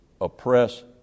oppress